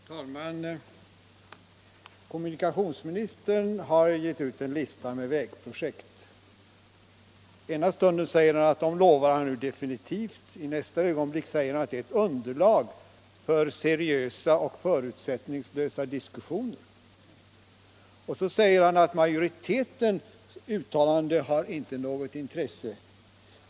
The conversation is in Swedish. Herr talman! Kommunikationsministern har gett ut en lista över vägprojekt. Ena stunden säger han att dessa projekt lovar han definitivt skall bli av. I nästa ögonblick säger kommunikationsministern att listan är ett underlag för seriösa och förutsättningslösa diskussioner: Vidare säger kommunikationsministern att utskottsmajoritetens uttalande inte har något intresse.